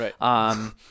Right